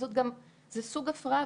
זה סוג הפרעה